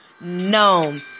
known